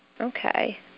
Okay